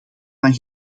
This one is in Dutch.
van